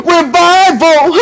Revival